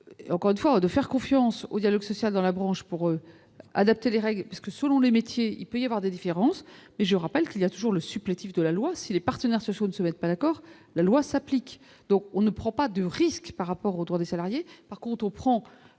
encore une fois de faire confiance au dialogue social dans la branche pour adapter les règles parce que, selon les métiers, il peut y avoir des différences et je rappelle qu'il y a toujours le supplétif de la loi, si les partenaires sociaux ne se mettent pas d'accord, la loi s'applique donc on ne prend pas de risque par rapport au tour des salariés, par contre, prend,